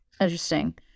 Interesting